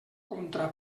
contra